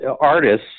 artists